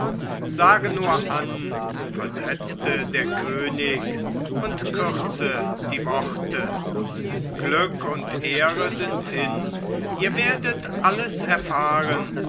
sage nur an versetzte der könig und kürze die worte glück und ehre sind hin ihr werdet alles erfahren